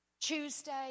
Tuesday